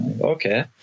okay